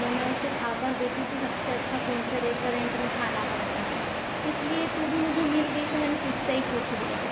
या मैं उसे खा कर देखूँ कि सबसे अच्छा कौन से रेस्टोरेंट में खाना बनता है इसलिए तू भी मुझे मिल गई तो मैंने तुझ से ही पूछ लिया